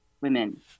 women